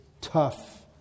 tough